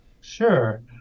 Sure